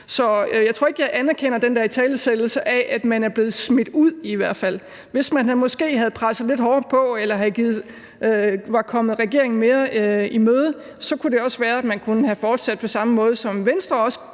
hvert fald ikke, jeg anerkender den der italesættelse af, at man er blevet smidt ud. Hvis man måske havde presset lidt hårdere på eller var kommet regeringen mere i møde, kunne det også være, man kunne have fortsat på samme måde som Venstre,